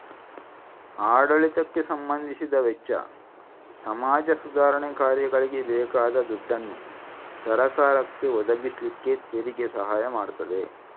ಆಡಳಿತಕ್ಕೆ ಸಂಬಂಧಿಸಿದ ವೆಚ್ಚ, ಸಮಾಜ ಸುಧಾರಣೆ ಕಾರ್ಯಗಳಿಗೆ ಬೇಕಾದ ದುಡ್ಡನ್ನ ಸರಕಾರಕ್ಕೆ ಒದಗಿಸ್ಲಿಕ್ಕೆ ತೆರಿಗೆ ಸಹಾಯ ಮಾಡ್ತದೆ